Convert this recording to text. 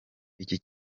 iki